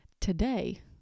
Today